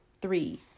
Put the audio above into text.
Three